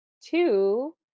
two